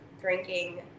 drinking